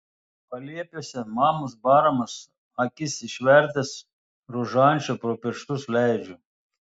paliepiuose mamos baramas akis išvertęs rožančių pro pirštus leidžiu